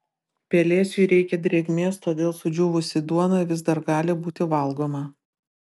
pelėsiui reikia drėgmės todėl sudžiūvusi duona vis dar gali būti valgoma